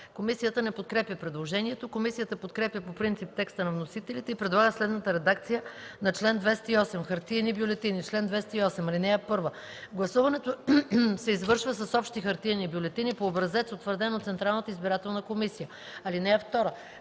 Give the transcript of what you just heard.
Комисията не подкрепя предложението. Комисията подкрепя по принцип текста на вносителите и предлага следната редакция на чл. 208: „Хартиени бюлетини Чл. 208. (1) Гласуването се извършва с общи хартиени бюлетини по образец, утвърден от Централната избирателна комисия. (2)